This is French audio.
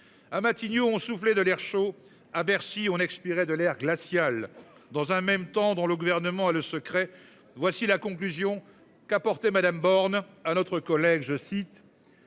à Matignon souffler de l'air chaud à Bercy on expiré de l'air glacial dans un même temps dans le gouvernement a le secret. Voici la conclusion qu'apporter madame Borne à notre collègue je cite.